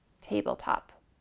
tabletop